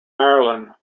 ireland